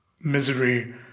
misery